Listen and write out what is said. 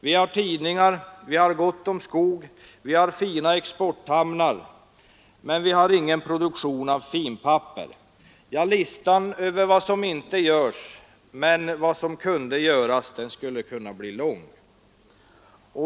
Vi har tidningar, vi har gott om skog, vi har fina exporthamnar, men vi har ingen produktion av finpapper. Ja, listan över vad som inte görs, men kunde göras, skulle kunna bli lång!